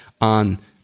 on